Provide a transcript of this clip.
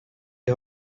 her